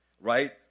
right